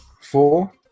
four